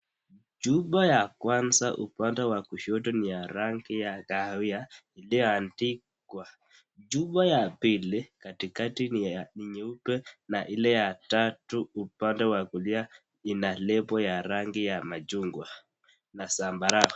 Chupa ya kwanza upande wa kushoto ni ya rangi ya kahawia iliyoandikwa ,chupa ya pili katikati ni ya rangi nyeupe na ile ya tatu upande wa kulia ina lebo ya rangi ya machungwa na zambarau.